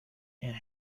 and